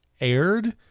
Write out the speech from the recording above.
aired